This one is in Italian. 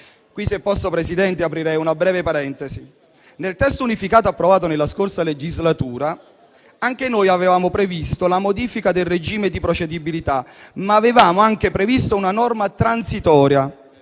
Qui se posso, Presidente, aprirei una breve parentesi. Nel testo unificato approvato nella scorsa legislatura, anche noi avevamo previsto la modifica del regime di procedibilità, ma anche una norma transitoria.